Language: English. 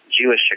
Jewish